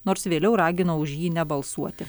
nors vėliau ragino už jį nebalsuoti